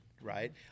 Right